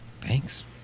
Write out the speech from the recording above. Thanks